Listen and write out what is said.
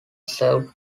served